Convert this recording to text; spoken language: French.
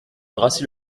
dracy